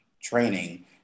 training